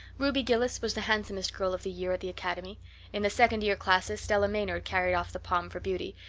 ruby gillis was the handsomest girl of the year at the academy in the second year classes stella maynard carried off the palm for beauty,